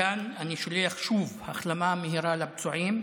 מכאן אני שולח שוב החלמה מהירה לפצועים,